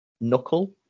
knuckle